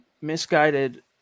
misguided